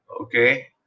Okay